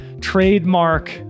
trademark